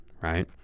right